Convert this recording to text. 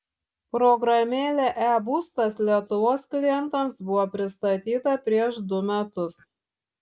programėlė e būstas lietuvos klientams buvo pristatyta prieš du metus